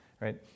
right